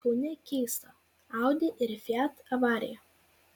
kaune keista audi ir fiat avarija